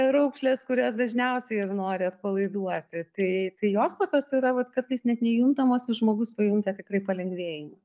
raukšlės kurias dažniausiai ir nori atpalaiduoti tai tai jos tokios yra vat kartais net nejuntamos ir žmogus pajunta tikrai palengvėjimą